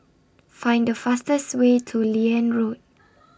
Find The fastest Way to Liane Road